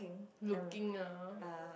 looking ah